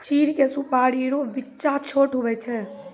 चीड़ के सुपाड़ी रो बिच्चा छोट हुवै छै